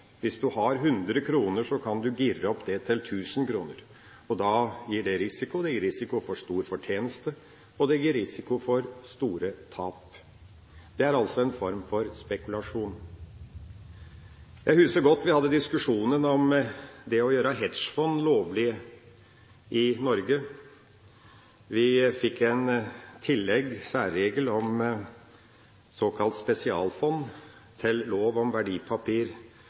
hvis man har 100 kr, kan man «geare» det opp til 1 000 kr. Da gir det risiko, det gir risiko for stor fortjeneste, og det gir risiko for store tap. Det er altså en form for spekulasjon. Jeg husker godt vi hadde diskusjonen om det å gjøre hedgefond lovlig i Norge. Vi fikk et tillegg, en særregel, om såkalt spesialfond til lov om